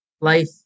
life